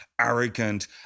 arrogant